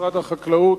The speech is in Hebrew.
משרד החקלאות,